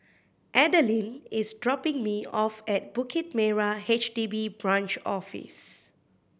Adalynn is dropping me off at Bukit Merah H D B Branch Office